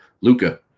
Luca